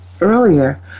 earlier